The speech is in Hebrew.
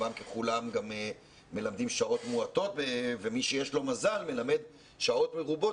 רובם ככולם גם מלמדים שעות מועטות ומי שיש לו מזל מלמד שעות מרובות,